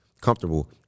comfortable